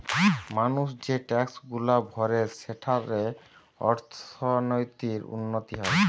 মানুষ যে ট্যাক্সগুলা ভরে সেঠারে অর্থনীতির উন্নতি হয়